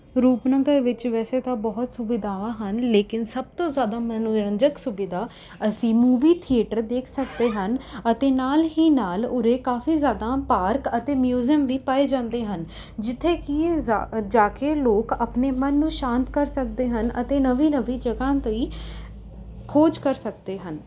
ਰੂਪਨਗਰ ਵਿੱਚ ਵੈਸੇ ਤਾਂ ਬਹੁਤ ਸੁਵਿਧਾਵਾਂ ਹਨ ਲੇਕਿਨ ਸਭ ਤੋਂ ਜ਼ਿਆਦਾ ਮਨੋਰੰਜਕ ਸੁਵਿਧਾ ਅਸੀਂ ਮੂਵੀ ਥੀਏਟਰ ਦੇਖ ਸਕਦੇ ਹਨ ਅਤੇ ਨਾਲ਼ ਹੀ ਨਾਲ਼ ਉਰੇ ਕਾਫ਼ੀ ਜ਼ਿਆਦਾ ਪਾਰਕ ਅਤੇ ਮਿਊਜ਼ੀਅਮ ਵੀ ਪਾਏ ਜਾਂਦੇ ਹਨ ਜਿੱਥੇ ਕਿ ਜਾ ਜਾ ਕੇ ਲੋਕ ਆਪਣੇ ਮਨ ਨੂੰ ਸ਼ਾਂਤ ਕਰ ਸਕਦੇ ਹਨ ਅਤੇ ਨਵੀਂ ਨਵੀਂ ਜਗ੍ਹਾ ਦੀ ਖੋਜ ਕਰ ਸਕਦੇ ਹਨ